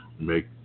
make